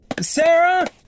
Sarah